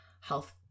health